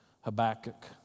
Habakkuk